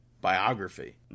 biography